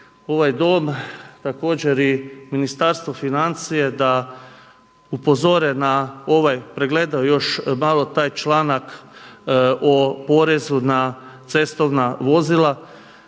ovaj Dom, također i Ministarstvo financija da upozore na ovaj, da pregledaju još malo taj članak o porezu na cestovna vozila